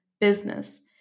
business